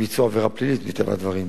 שביצעו עבירה פלילית, מטבע הדברים,